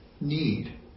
need